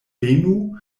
benu